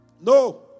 No